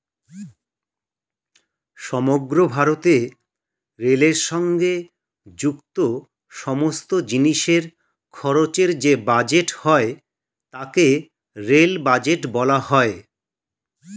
সমগ্র ভারতে রেলের সঙ্গে যুক্ত সমস্ত জিনিসের খরচের যে বাজেট হয় তাকে রেল বাজেট বলা হয়